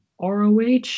ROH